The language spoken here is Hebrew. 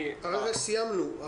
הרגע סיימנו.